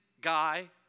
guy